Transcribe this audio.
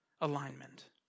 alignment